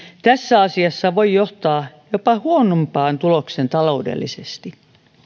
tässä asiassa voi johtaa jopa huonompaan tulokseen taloudellisesti